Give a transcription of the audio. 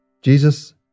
Jesus